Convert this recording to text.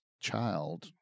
child